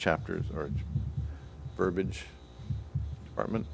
chapters or verbiage partment